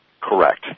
Correct